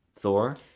Thor